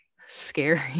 scary